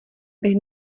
bych